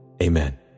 Amen